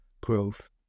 growth